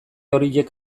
horiek